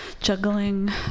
juggling